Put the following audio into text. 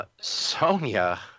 Sonia